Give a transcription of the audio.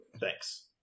Thanks